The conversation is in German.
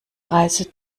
reise